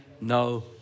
no